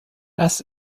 das